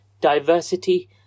diversity